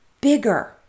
bigger